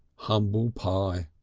humble pie.